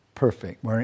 perfect